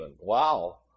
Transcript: Wow